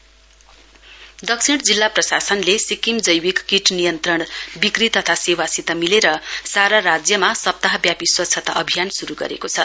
sanitisation drive south दक्षिण जिल्ला प्रशासनले सिक्किम जैविक कीट नियन्त्रण बिक्री तथा सेवासित मिलेर सारा राज्यमा सप्ताहव्यापी स्वच्छता अभियान शुरु गरेको छ